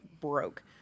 broke